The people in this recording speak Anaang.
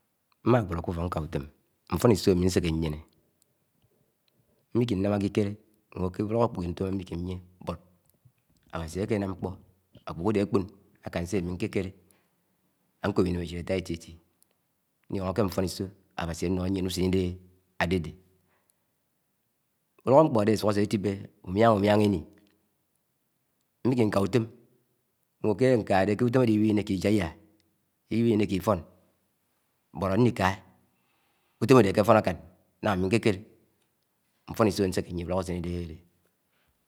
mm̱á ẃọrọ ké úfok ńká úto̱m n̄fo̱n̄iso̱ ám ṉśeke nyeṉe mm̱ekem̱e inam akikere nwo ke úlo̱k akṕno̱ho̱ nkpo akekele Ámi nkó̱p ineméchit atá éti eti nlio̱no ké nfo̱niso áwasi ano̱ho yien usen ide ade̱de ulo̱ho nkpo̱ áde asuk ase atibe umiaṉ u̱ñion in mekemi ika utom, ṉẃọ me nkaha nde ké utom Ade iwini ṉnika, u̱tom áde akef́on ákan ṉá am̱i ṉkekéle ńfońiso̱ ám̱i ṉśeke ṉye v́lo̱no̱ usen áde áde̱de̱.